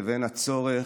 לבין הצורך,